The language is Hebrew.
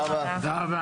הישיבה ננעלה בשעה